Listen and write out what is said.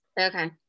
Okay